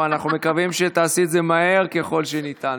לא, אנחנו מקווים שתעשי את זה מהר ככל שניתן.